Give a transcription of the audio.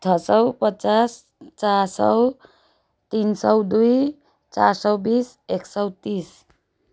छ सय पचास चार सय तिन सय दुई चार सय बिस एक सय तिस